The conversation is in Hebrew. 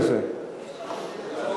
2013. יש לך